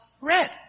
red